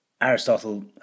Aristotle